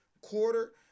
quarter